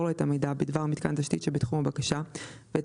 לו את המידע בדבר מיתקן תשתית שבתחום הבקשה ואת